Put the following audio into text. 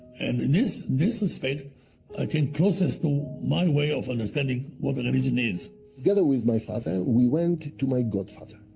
and in this this respect, i came closest to my way of understanding what religion is. together with my father, we went to my godfather,